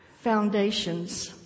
foundations